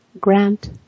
grant